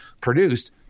produced